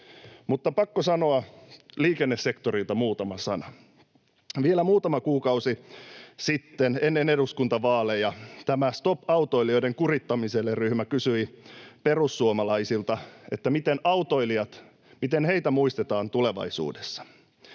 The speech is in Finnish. Mutta on pakko sanoa liikennesektorista muutama sana: Kun vielä muutama kuukausi sitten, ennen eduskuntavaaleja, Stop autoilijoiden kuritukselle ‑ryhmä kysyi perussuomalaisilta, miten autoilijoita muistetaan tulevaisuudessa,